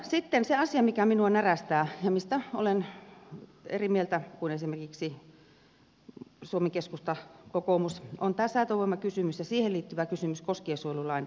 sitten se asia mikä minua närästää ja mistä olen eri mieltä kuin esimerkiksi suomen keskusta ja kokoomus on tämä säätövoimakysymys ja siihen liittyvä kysymys koskiensuojelulain avaamisesta